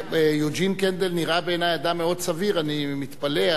יוג'ין קנדל נראה בעיני אדם מאוד סביר, אני מתפלא.